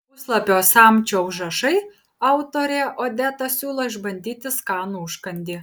puslapio samčio užrašai autorė odeta siūlo išbandyti skanų užkandį